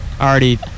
already